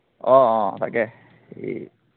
অঁ অঁ তাকে এই